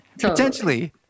Potentially